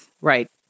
Right